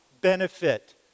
benefit